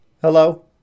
Hello